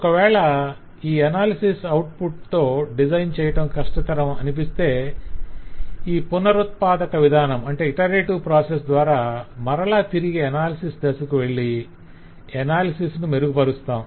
ఒక వేళ ఈ అనాలిసిస్ ఔట్పుట్ తో డిజైన్ చేయటం కష్టతరంగా అనిపిస్తే ఈ పునరుత్పాదక విధానం ద్వారా మరల తిరిగి అనాలిసిస్ దశకు వెళ్ళి అనాలిసిస్ ను మెరుగుపరుస్తాం